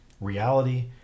reality